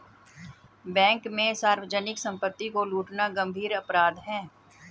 bank में सार्वजनिक सम्पत्ति को लूटना गम्भीर अपराध है